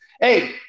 Hey